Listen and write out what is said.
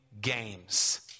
games